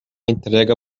entrega